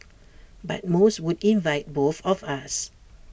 but most would invite both of us